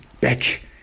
back